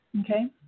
Okay